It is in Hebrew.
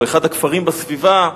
או אחד הכפרים בסביבה,